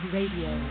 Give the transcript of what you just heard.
Radio